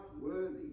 worthy